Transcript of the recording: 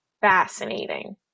Fascinating